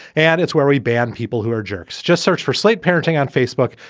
and it's where we ban people who are jerks. just search for slate parenting on facebook.